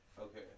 Okay